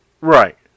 Right